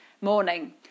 morning